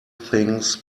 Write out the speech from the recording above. things